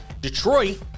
Detroit